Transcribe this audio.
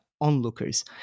onlookers